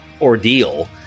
ordeal